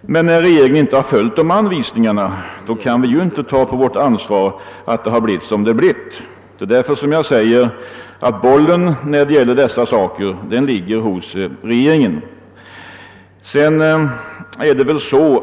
Men när regeringen inte följt dessa anvisningar kan vi inte heller ta resultatet av den förda politiken på vårt ansvar. Det är därför som jag hävdar att bollen ligger hos regeringen i detta avseende.